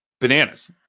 bananas